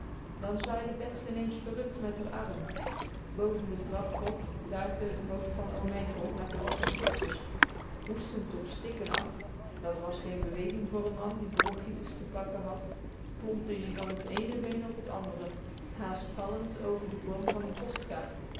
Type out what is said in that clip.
dan zwaaide bets ineens verrukt met r arm boven de trapgrot daagde t hoofd van oom mijkel met de watten propjes hoestend op stikken af dat was geen beweging voor n man die bronchitis te pakken had plompte ie van t eene been op t andere haast vallend over den boom van n postkar